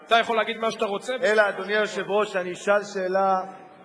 אתה יכול להגיד מה שאתה רוצה בשלוש דקות.